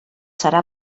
serà